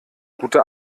gute